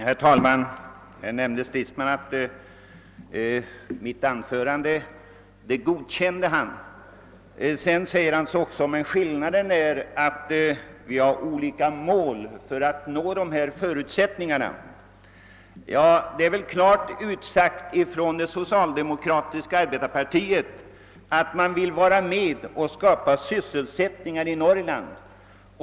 Herr talman! Herr Stridsman nämnde att han godkände mitt anförande. Men, sade han, skillnaden är att vi angriper problemet på olika sätt för att nå målet. Det är väl klart utsagt från det socialdemokratiska arbetarpartiet att vi vill vara med om att skapa sysselsättning i Norrland.